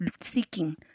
seeking